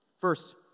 First